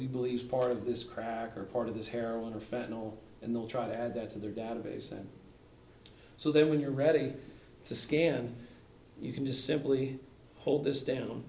we believe part of this crack or part of this heroin or fennel and they'll try to add that to their database and so there when you're ready to scan you can just simply hold this down